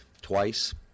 twice